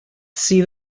sydd